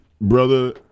brother